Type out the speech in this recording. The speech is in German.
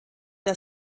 der